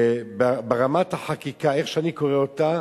ברמת החקיקה, איך שאני קורא אותה,